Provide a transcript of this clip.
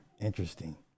Interesting